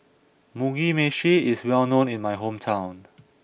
Mugi Meshi is well known in my hometown